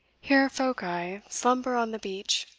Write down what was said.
here phocae slumber on the beach,